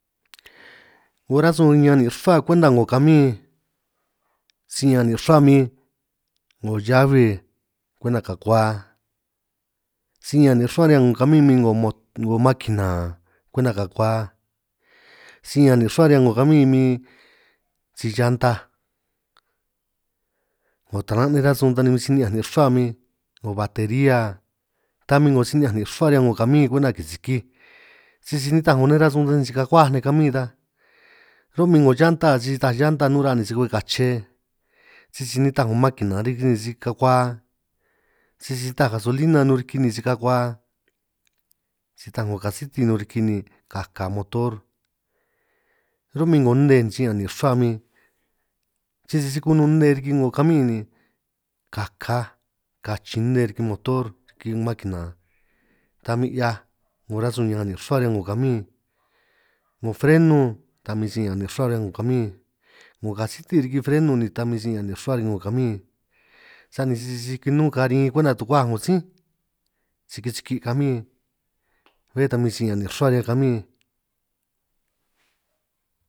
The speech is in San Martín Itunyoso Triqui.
'Ngo rasun niñan nin' rruhua kwenta 'ngo kamin si ña'an nin' rruhua min 'ngo llabe kwenta kakua, si ña'an nin' rruhua riñan 'ngo kamin min 'ngo mo' 'ngo makina kwenta kakua, si ña'an nin' rruhua riñan 'ngo kamin min si llantaj 'ngo taran' nej rasun ta ni min si ña'an nin' rruhua min, 'ngo bateria ta min 'ngo si ni'ñanj nin' rruhua riñan 'ngo riñan 'ngo kamin kwenta kisikij, sisi nitaj 'ngo nej rasun ta ni si kakua nej kamin ta, ro'min 'ngo llanta si nitaj llanta nun raj ni si ka'be kache ni sisi nitaj 'ngo maquina ni si ka'be kakua, sisi nitaj kasolina nun riki ni si kakua si nitaj 'ngo kasiti nun riki ni kaka motor, ro'min' 'ngo nne si ña'an nin' rruhua min sisi si kunun nne riki 'ngo kamí, ni kaka ni kachin nne riki motor riki maquina ta min 'hiaj 'ngo rasun ña'an ni rruhua, riñan 'ngo kamin 'ngo freno ta mi si ña'an nin' rruhua riñan 'ngo kamin, 'ngo kasiti riki freno ni ta min si ña'an nin' rruhua riki 'ngo kamin, sani sisi si kinun karin kwenta tukuaj 'ngo sí si kisiki' kamin, bé tan min si ña'an nin' rruhua riñan kamin.